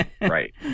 Right